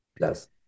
Yes